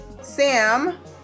sam